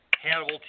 Hannibal